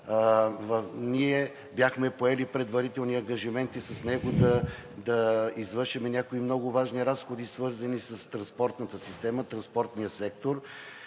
Ние бяхме поели предварителни ангажименти с него да извършим някои много важни разходи, свързани с транспортната система, транспортния сектор,